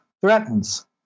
threatens